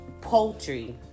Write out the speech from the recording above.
poultry